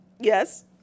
Yes